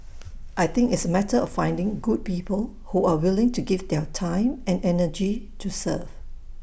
I think it's A matter of finding good people who are willing to give their time and energy to serve